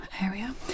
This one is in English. area